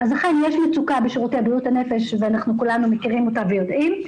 אכן יש מצוקה בשירותי בריאות הנפש ואנחנו כולנו מכירים אותה ויודעים,